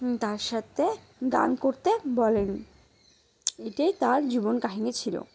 তার সাথে গান করতে বলেন এটাই তার জীবন কাহিনী ছিলো